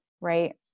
right